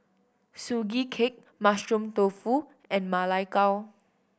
Sugee Cake Mushroom Tofu and Ma Lai Gao